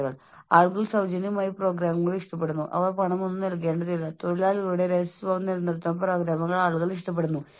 അതാകട്ടെ നിങ്ങൾക്കുള്ള ഉത്പാദനതിന്റെ ഗുണനിലവാരത്തെ സ്വാധീനിക്കുന്നു അല്ലെങ്കിൽ നിങ്ങളുടെ ഉൽപ്പാദനക്ഷമതയെ അത് പ്രതികൂലമായി ബാധിക്കുന്നു